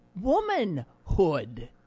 womanhood